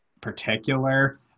particular